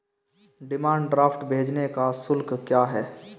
Demand draft भेजने का शुल्क क्या है?